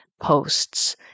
posts